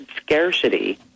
scarcity